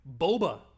Boba